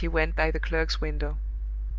as he went by the clerk's window.